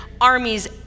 armies